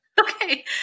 Okay